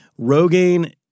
Rogaine